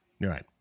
Right